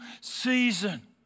season